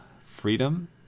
freedom